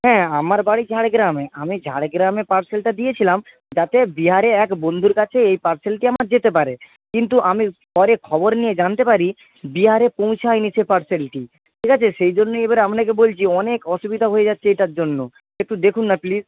হ্যাঁ আমার বাড়ি ঝাড়গ্রামে আমি ঝাড়গ্রামে পার্সেলটা দিয়েছিলাম যাতে বিহারে এক বন্ধুর কাছে এই পার্সেলটি আমার যেতে পারে কিন্তু আমি পরে খবর নিয়ে জানতে পারি বিহারে পৌঁছায়নি সেই পার্সেলটি ঠিক আছে সেই জন্যই এইবারে আপনাকে বলছি অনেক অসুবিধা হয়ে যাচ্ছে এটার জন্য একটু দেখুন না প্লিজ